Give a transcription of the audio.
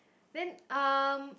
then um